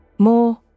More